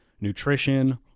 nutrition